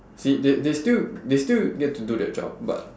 see they they still they still get to do their job but